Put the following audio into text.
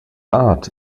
art